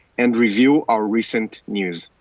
and review our recent news.